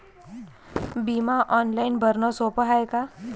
बिमा ऑनलाईन भरनं सोप हाय का?